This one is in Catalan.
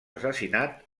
assassinat